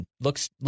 looks